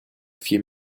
viel